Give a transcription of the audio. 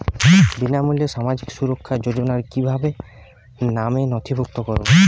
বিনামূল্যে সামাজিক সুরক্ষা যোজনায় কিভাবে নামে নথিভুক্ত করবো?